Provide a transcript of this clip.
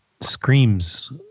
screams